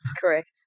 Correct